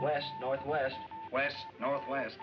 west northwest west northwest